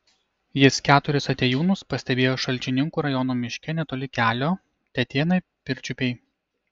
jis keturis atėjūnus pastebėjo šalčininkų rajono miške netoli kelio tetėnai pirčiupiai